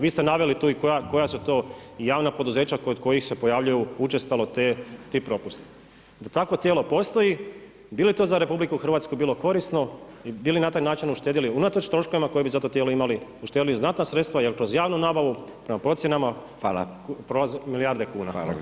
Vi ste naveli tu i koja su to javna poduzeća kod kojih se pojavljuju učestalo ti propusti, da takvo tijelo postoji bi li to za RH bilo korisno, bi li na taj način uštedjeli unatoč troškovima koje bi za to tijelo imali uštedili znatna sredstva jer kroz javnu nabavu prema procjenama prolaze milijarde kuna.